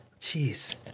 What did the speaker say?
Jeez